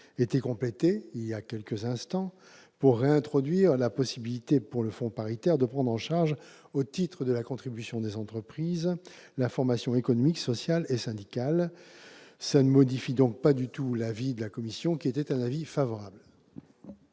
été complété, il y a quelques instants, pour réintroduire la possibilité pour le fonds paritaire de prendre en charge, au titre de la contribution des entreprises, la formation économique, sociale et syndicale. Cette modification ne modifie pas l'avis de la commission, qui reste favorable.